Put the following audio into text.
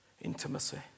Intimacy